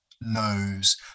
knows